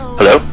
Hello